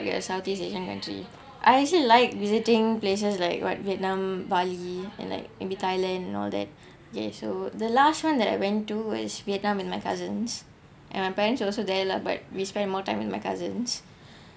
like southeast asian country I actually liked visiting places like what vietnam bali and like maybe thailand you know that okay so the last one that I went to was vietnam with my cousins and my parents also there lah but we spent more time with my cousins